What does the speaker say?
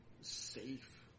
safe